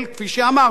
לכל אורך הדרך